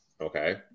okay